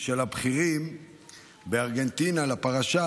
של בכירים בארגנטינה לפרשה,